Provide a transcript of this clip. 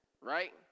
right